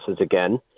again